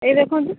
ଏଇ ଦେଖନ୍ତୁ